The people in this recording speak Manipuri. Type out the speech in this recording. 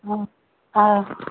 ꯑꯣ ꯑꯥ